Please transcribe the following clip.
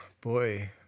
boy